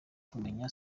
kumenya